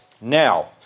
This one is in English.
now